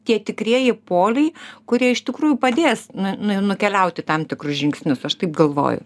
tie tikrieji poliai kurie iš tikrųjų padės nu nu nukeliauti tam tikrus žingsnius aš taip galvoju